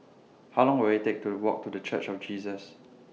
How Long Will IT Take to Walk to The Church of Jesus